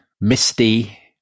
misty